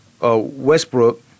Westbrook